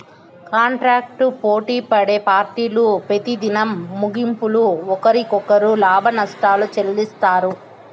కాంటాక్టులు పోటిపడే పార్టీలు పెతిదినం ముగింపుల ఒకరికొకరు లాభనష్టాలు చెల్లిత్తారు